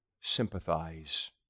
sympathize